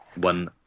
one